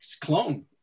clone